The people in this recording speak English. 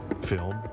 film